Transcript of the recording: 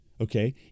Okay